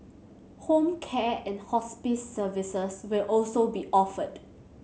home care and hospice services will also be offered